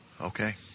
Okay